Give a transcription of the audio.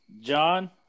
John